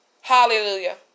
Hallelujah